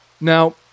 now